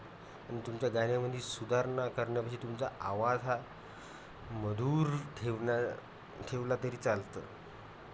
आणि तुमच्या गाण्यामध्ये सुधारणा करण्यापाशी तुमचा आवाज हा मधूर ठेवणं ठेवला तरी चालतं